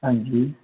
हां जी